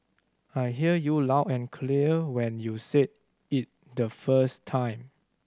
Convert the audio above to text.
I heard you loud and clear when you said it the first time